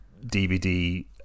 DVD